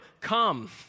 come